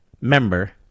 member